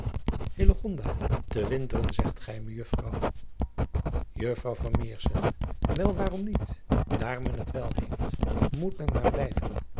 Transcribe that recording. e winteren zegt gij ejuffrouw uffrouw el waarom niet aar men het wel heeft moet men maar blijven